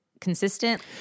Consistent